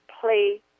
play